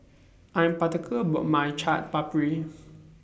I'm particular about My Chaat Papri